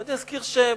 ואני אזכיר שם.